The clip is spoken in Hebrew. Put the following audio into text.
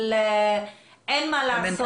אבל אין מה לעשות.